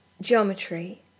geometry